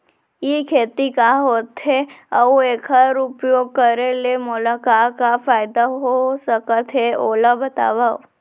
ई खेती का होथे, अऊ एखर उपयोग करे ले मोला का का फायदा हो सकत हे ओला बतावव?